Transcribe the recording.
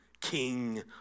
king